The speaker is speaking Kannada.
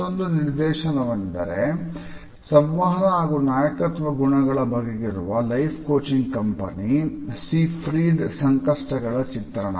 ಮತ್ತೊಂದು ನಿದರ್ಶನವೆಂದರೆ ಸಂವಹನ ಹಾಗೂ ನಾಯಕತ್ವ ಗುಣಗಳ ಬಗೆಗಿರುವ ಲೈಫ್ ಕೋಚಿಂಗ್ ಕಂಪನಿ ಸಿಎಜಿಫ್ರಿಎಡ್ ನ ಸಂಕಷ್ಟಗಳ ಚಿತ್ರಣ